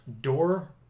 door